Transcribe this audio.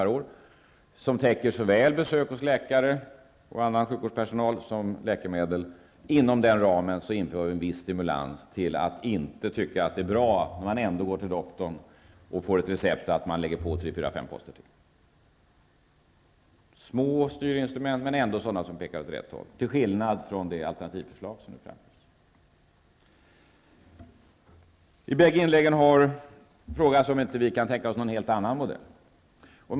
per år, som täcker såväl besök hos läkare och annan sjukvårdspersonal som läkemedel -- inför vi en viss stimulans till att inte tycka att det är bra att lägga på ytterligare tre, fyra eller fem poster när man ändå går till doktorn och får ett recept. Det är små styrmedel, men de får ändå effekter i rätt riktning, till skillnad från det alternativförslag som nu framförs. I bägge inläggen har det frågats om vi inte kan tänka oss någon helt annan modell.